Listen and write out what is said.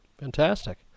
Fantastic